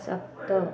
सप्त